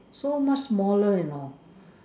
so much smaller you know